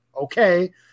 okay